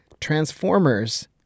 Transformers